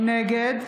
נגד